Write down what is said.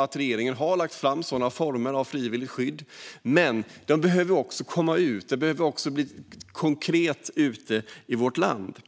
att regeringen tagit lagt fram former för det. Detta behöver dock konkretiseras och nå ut i landet.